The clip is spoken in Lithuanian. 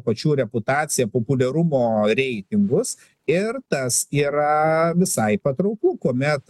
pačių reputacija populiarumo reitingus ir tas yra visai patrauklu kuomet